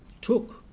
took